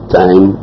time